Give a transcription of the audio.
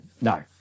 no